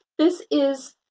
this is